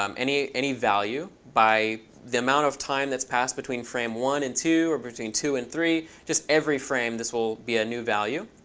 um any any value, by the amount of time that's passed between frame one and two or between two and three. just every frame, this will be a new value.